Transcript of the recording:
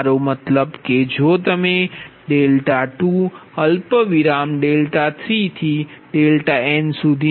મારો મતલબ કે જો તમે 2 3